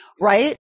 right